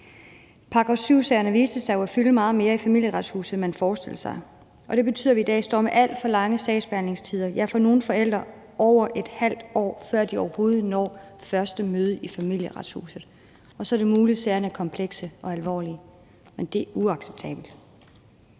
§ 7-sagerne viste sig jo at fylde meget mere i Familieretshuset, end man forestillede sig, og det betyder, at vi i dag står med alt for lange sagsbehandlingstider, ja, for nogle forældre går der over et halvt år, før de overhovedet når første møde i Familieretshuset. Og så er det muligt, at sagerne er komplekse og alvorlige, men det er uacceptabelt.